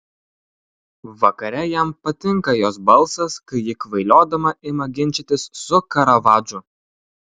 vakare jam patinka jos balsas kai ji kvailiodama ima ginčytis su karavadžu